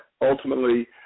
ultimately